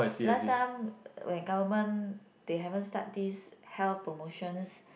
last time when government they haven't start these health promotions